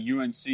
UNC